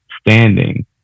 standing